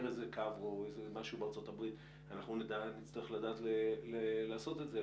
איזה קו בארצות הברית אנחנו נצטרך לדעת לעשות את זה,